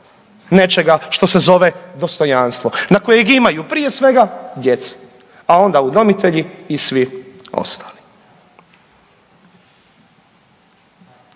nečega što se dostojanstvo na kojeg imaju, prije svega djeca, a onda udomitelji i svi ostali.